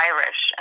Irish